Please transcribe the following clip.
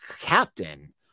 captain